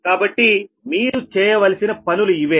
కాబట్టి మీరు చేయవలసిన పనులు ఇవే